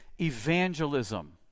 evangelism